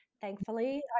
Thankfully